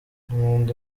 nkunda